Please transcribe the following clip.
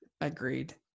Agreed